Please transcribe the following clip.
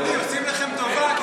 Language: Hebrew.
עושים לכם טובה,